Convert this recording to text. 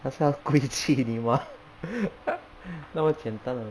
她是要故意气你吗 那么简单的